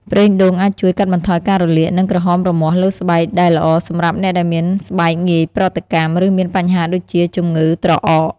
ប្រេងដូងអាចជួយ កាត់បន្ថយការរលាក និង ក្រហមរមាស់លើស្បែក ដែលល្អសម្រាប់អ្នកដែលមានស្បែកងាយប្រតិកម្ម ឬមានបញ្ហាដូចជា ជម្ងឺត្រអក។